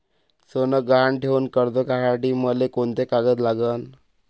सोनं गहान ठेऊन कर्ज काढासाठी मले कोंते कागद लागन?